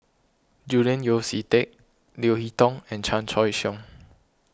Julian Yeo See Teck Leo Hee Tong and Chan Choy Siong